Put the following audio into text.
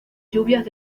lluvias